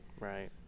Right